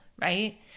right